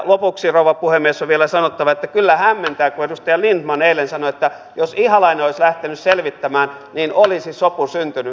lopuksi rouva puhemies on vielä sanottava että kyllä hämmentää kun edustaja lindtman eilen sanoi että jos ihalainen olisi lähtenyt selvittämään niin olisi sopu syntynyt